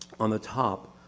on the top,